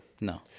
No